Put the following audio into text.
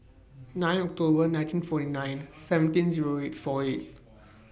nine October nineteen forty nine seventeen Zero eight four eight